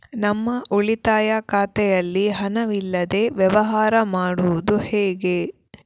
ನಮ್ಮ ಉಳಿತಾಯ ಖಾತೆಯಲ್ಲಿ ಹಣವಿಲ್ಲದೇ ವ್ಯವಹಾರ ಮಾಡುವುದು ಹೇಗೆ?